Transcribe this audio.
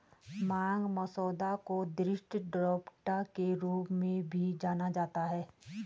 मांग मसौदा को दृष्टि ड्राफ्ट के रूप में भी जाना जाता है